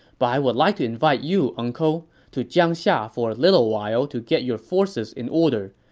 but i would like to invite you, uncle, to jiangxia for a little while to get your forces in order.